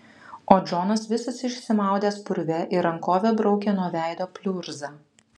o džonas visas išsimaudęs purve ir rankove braukė nuo veido pliurzą